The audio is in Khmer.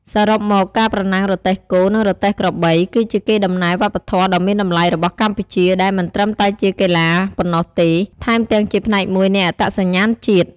សរុបមក ការប្រណាំងរទេះគោ និងរទេះក្របី គឺជាកេរដំណែលវប្បធម៌ដ៏មានតម្លៃរបស់កម្ពុជា ដែលមិនត្រឹមតែជាកីឡាប៉ុណ្ណោះទេ ថែមទាំងជាផ្នែកមួយនៃអត្តសញ្ញាណជាតិ